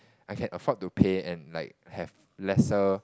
I can afford to pay and like have lesser